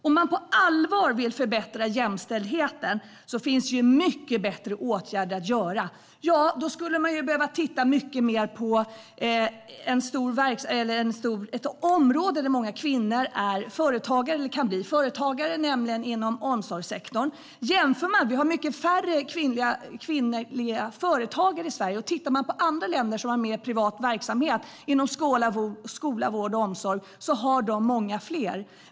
Om man på allvar vill förbättra jämställdheten finns det mycket bättre åtgärder att vidta. Då skulle man behöva titta mycket mer på ett område där många kvinnor är eller kan bli företagare, nämligen omsorgssektorn. Vi har mycket färre kvinnliga företagare i Sverige. Tittar man på andra länder som har mer privat verksamhet inom skola, vård och omsorg ser man att de har många fler.